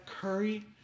Curry